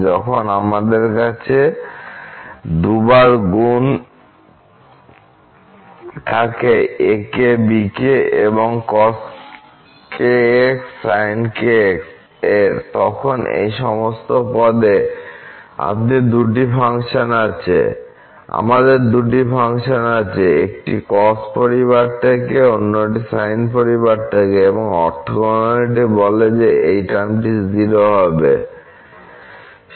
যখন আমাদের কাছে 2 বার গুণ থাকে ak bk এবং cos sin এর তখন এই সমস্ত পদে আমাদের দুটি ফাংশন আছে একটি cos পরিবার থেকে এবং অন্যটি sinপরিবার থেকে এবং অর্থগোনালিটি বলে যে এই টার্মটি হবে 0